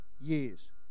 years